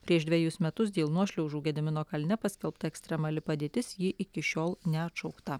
prieš dvejus metus dėl nuošliaužų gedimino kalne paskelbta ekstremali padėtis ji iki šiol neatšaukta